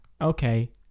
Okay